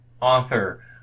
author